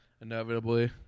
inevitably